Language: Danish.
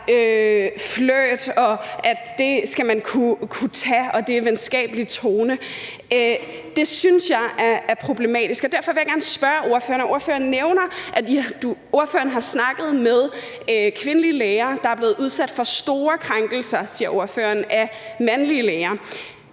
flirt, og at det skal man kunne tage, og at det er i en venskabelig tone, synes jeg er problematisk. Og derfor vil jeg gerne spørge ordføreren om noget, for ordføreren nævner, at ordføreren har snakket med kvindelige læger, der er blevet udsat for store krænkelser – siger ordføreren – af mandlige læger: